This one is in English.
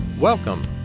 Welcome